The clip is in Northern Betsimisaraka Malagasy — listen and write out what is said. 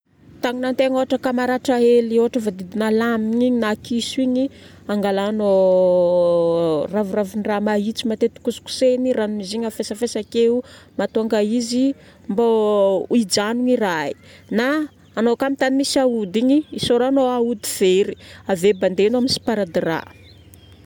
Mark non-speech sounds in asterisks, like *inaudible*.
Tagnana antegna ohatra ka maratra hely ohatra voadidina lame igny na kiso igny, angalagnao *hesitation* raviravin-draha mahitso. Matetiky kosokosehagna ranon'izy igny, afesafesaka eo mahatonga izy mbô hijanona i rà igny na anao koa amin'ny tany misy aody igny, isôranao aody fery. Ave bandenao amin'ny sparadrap.